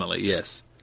yes